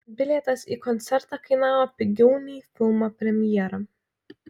bilietas į koncertą kainavo pigiau nei į filmo premjerą